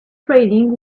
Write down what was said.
training